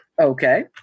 Okay